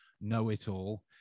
know-it-all